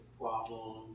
problem